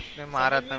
them otto